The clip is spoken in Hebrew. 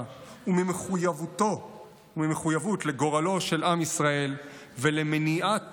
וממחויבות לגורלו של עם ישראל ולמניעת